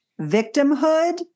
victimhood